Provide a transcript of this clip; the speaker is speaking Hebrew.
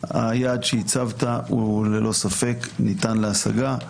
היעד שהצבת ללא ספק ניתן להשגה.